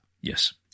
yes